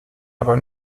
aber